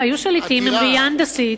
היו שליטים עם ראייה הנדסית,